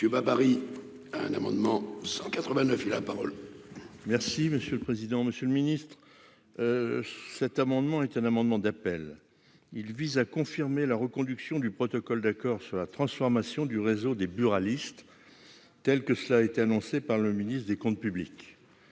Monsieur bah Paris un amendement 189 et la parole. Merci monsieur le président, Monsieur le Ministre, cet amendement est un amendement d'appel, il vise à confirmer la reconduction du protocole d'accord sur la transformation du réseau des buralistes telle que cela a été annoncé par le ministre des Comptes publics